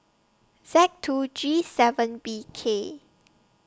Z two G seven B K